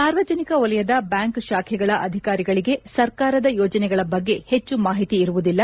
ಸಾರ್ವಜನಿಕ ವಲಯದ ಬ್ಹಾಂಕ್ ಶಾಖೆಗಳ ಅಧಿಕಾರಿಗಳಿಗೆ ಸರ್ಕಾರದ ಯೋಜನೆಗಳ ಬಗ್ಗೆ ಹೆಚ್ಚು ಮಾಹಿತಿ ಇರುವುದಿಲ್ಲ